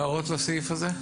הערות לסעיף הזה.